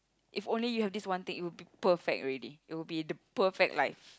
if only you have this one take you perfect already it would be the perfect like